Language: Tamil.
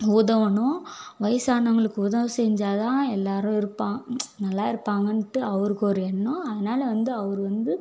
உதவணும் வயசானவங்களுக்கு உதவி செஞ்சால் தான் எல்லோரும் இருப்பான் நல்லா இருப்பாங்கன்ட்டு அவருக்கு ஒரு எண்ணம் அதனால் வந்து அவர் வந்து